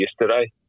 yesterday